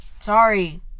Sorry